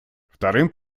вторым